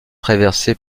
traversé